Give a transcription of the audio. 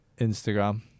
Instagram